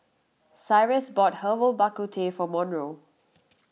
Cyrus bought Herbal Bak Ku Teh for Monroe